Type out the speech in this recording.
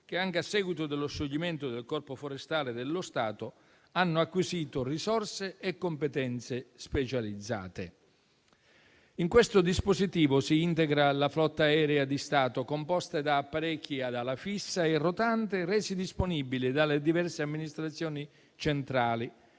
che, anche a seguito dello scioglimento del Corpo forestale dello Stato, hanno acquisito risorse e competenze specializzate. In questo dispositivo si integra la flotta aerea di Stato, composta da apparecchi ad ala fissa e rotante resi disponibili dalle diverse amministrazioni centrali